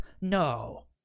No